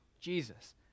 Jesus